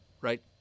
right